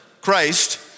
Christ